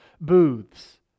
booths